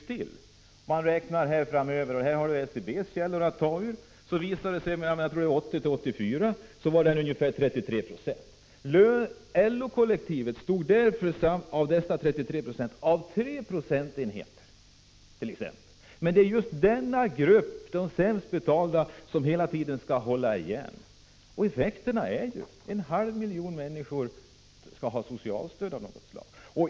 Enligt SCB:s källor rörde det sig för tiden 1980-1984 om ca 33 26. LO-kollektivet stod för 3 20 av dessa 33 96. Just denna grupp, de sämst betalda, skall hela tiden hålla igen. Effekten är att en halv miljon människor måste ha socialstöd av något slag.